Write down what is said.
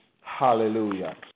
Hallelujah